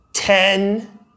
Ten